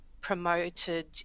promoted